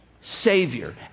savior